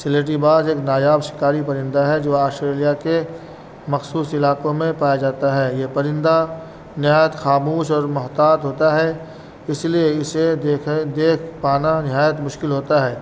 سلیٹی باز ایک نایاب شکاری پرندہ ہے جو آسٹریلیا کے مخصوص علاقوں میں پایا جاتا ہے یہ پرندہ نہایت خاموش اور محتاط ہوتا ہے اس لیے اسے دیکھ دیکھ پانا نہایت مشکل ہوتا ہے